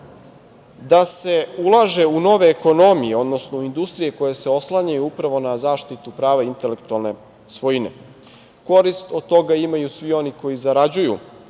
da se ulaže u nove ekonomije, odnosno industrije koje se oslanjaju upravo na zaštitu prava i intelektualne svojine. Korist od toga imaju svi oni koji zarađuju